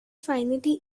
finally